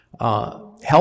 Health